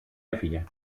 έφυγε